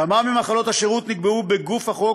כמה ממחלות השירות נקבעו בגוף החוק,